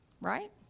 right